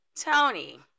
Tony